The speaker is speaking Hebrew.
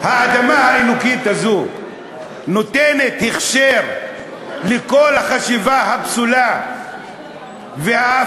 הזאת: האדמה האלוקית הזו נותנת הכשר לכל החשיבה הפסולה והאפליה,